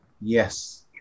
Yes